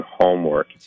homework